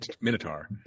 Minotaur